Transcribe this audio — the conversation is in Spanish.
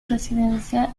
residencia